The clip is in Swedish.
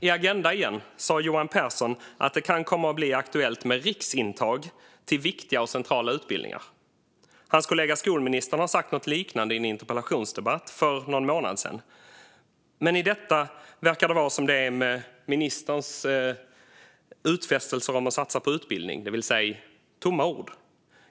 I Agenda sa Johan Pehrson att det kan komma att bli aktuellt med riksintag till viktiga och centrala utbildningar, och hans kollega skolministern sa något liknande i en interpellationsdebatt för någon månad sedan. Men här verkar det vara som med ministerns utfästelser om att satsa på utbildning, det vill säga tomma ord.